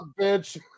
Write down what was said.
bitch